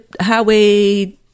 highway